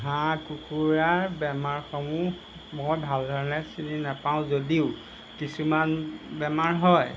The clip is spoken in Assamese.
হাঁহ কুকুৰাৰ বেমাৰসমূহ মই ভালধৰণে চিনি নাপাওঁ যদিও কিছুমান বেমাৰ হয়